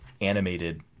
animated